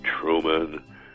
Truman